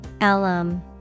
alum